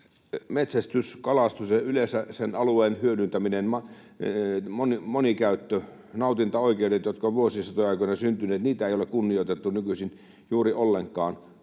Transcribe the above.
Metsästys, kalastus ja yleensä alueen hyödyntäminen, monikäyttö, nautintaoikeudet, jotka ovat vuosisatojen aikana syntyneet: niitä ei ole kunnioitettu nykyisin juuri ollenkaan.